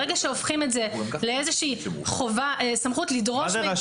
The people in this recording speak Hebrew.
ברגע שהופכים את זה לאיזושהי סמכות לדרוש מידע,